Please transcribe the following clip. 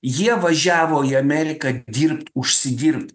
jie važiavo į ameriką dirbt užsidirbt